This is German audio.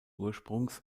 ursprungs